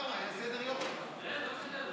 סגן שרת התחבורה אורי מקלב,